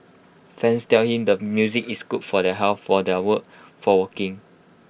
fans tell him the music is good for their health for their work for walking